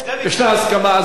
יש הסכמה.